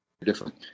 different